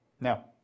now